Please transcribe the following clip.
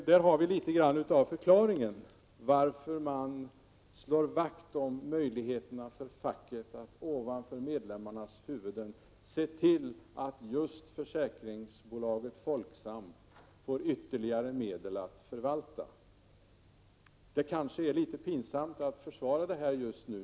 Där har vi en del av förklaringen till att man slår vakt om fackets möjligheter — och detta sker över medlemmarnas huvuden — att åstadkomma att just försäkringsbolaget Folksam får ytterligare medel att förvalta. Det är kanske litet pinsamt att försvara detta just nu.